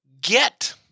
get